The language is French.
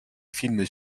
films